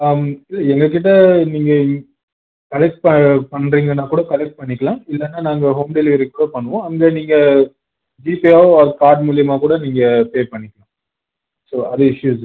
இல்லை எங்கள்கிட்ட நீங்கள் கலெக்ட் ப பண்ணுறீங்கனா கூட கலெக்ட் பண்ணிக்கலாம் இல்லைனா நாங்கள் ஹோம் டெலிவரி கூட பண்ணுவோம் அங்கே நீங்கள் ஜிபேவாவோ ஆர் கார்ட் மூலயமா கூட நீங்கள் பே பண்ணிக்கலாம் ஸோ அது இஷ்யூஸ்